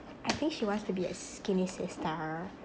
I think she wants to be a skinny sister